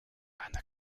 eine